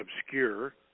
obscure